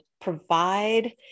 provide